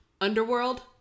Underworld